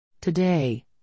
Today